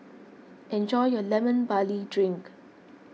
enjoy your Lemon Barley Drink